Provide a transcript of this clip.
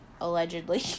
allegedly